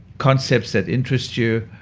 concepts that interest you.